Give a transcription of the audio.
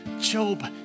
Job